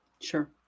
Sure